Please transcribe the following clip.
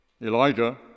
Elijah